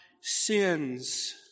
sins